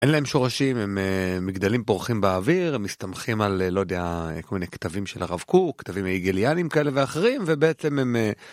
אין להם שורשים, הם מגדלים פורחים באוויר, הם מסתמכים על לא יודע, כל מיני כתבים של הרב קוק, כתבים היגיליאנים כאלה ואחרים, ובעצם הם.